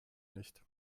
nicht